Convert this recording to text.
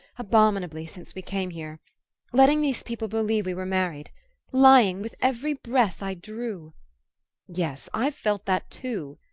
abominably, since we came here letting these people believe we were married lying with every breath i drew yes, i've felt that too,